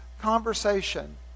conversation